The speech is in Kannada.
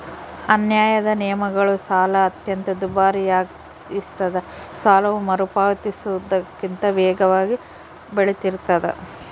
ಅನ್ಯಾಯದ ನಿಯಮಗಳು ಸಾಲ ಅತ್ಯಂತ ದುಬಾರಿಯಾಗಿಸ್ತದ ಸಾಲವು ಮರುಪಾವತಿಸುವುದಕ್ಕಿಂತ ವೇಗವಾಗಿ ಬೆಳಿತಿರ್ತಾದ